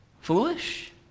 Foolish